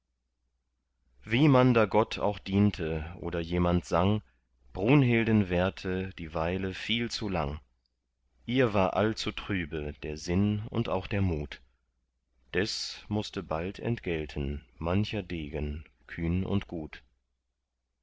wie man da gott auch diente oder jemand sang brunhilden währte die weile viel zu lang ihr war allzutrübe der sinn und auch der mut des mußte bald entgelten mancher degen kühn und gut